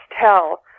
tell